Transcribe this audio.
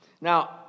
Now